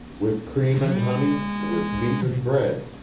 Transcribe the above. with cream and honey, with meat and bread,